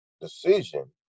decision